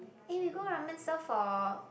eh we go Ramen-Stall for